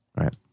Right